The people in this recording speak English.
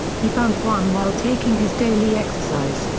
he found one while taking his daily exercise,